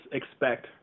expect